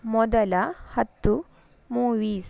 ಮೊದಲ ಹತ್ತು ಮೂವೀಸ್